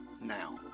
now